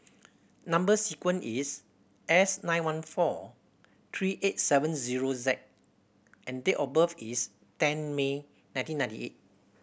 number sequence is S nine one four three eight seven zero Z and date of birth is ten May nineteen ninety eight